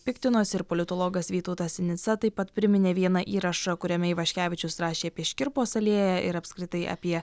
piktinosi ir politologas vytautas sinica taip pat priminė vieną įrašą kuriame ivaškevičius rašė apie škirpos alėją ir apskritai apie